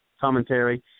commentary